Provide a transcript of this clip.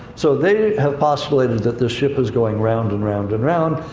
so they have postulated that this ship is going round and round and round.